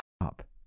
up